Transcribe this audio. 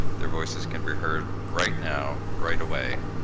their voices can be heard right now right away.